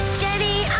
jenny